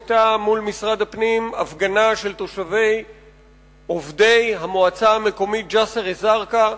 היתה מול משרד הפנים הפגנה של עובדי המועצה המקומית ג'סר-א-זרקא.